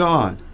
God